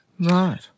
Right